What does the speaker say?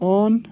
on